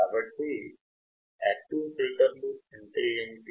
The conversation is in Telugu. కాబట్టి పాసివ్ ఫిల్టర్లు అంటే ఏమిటి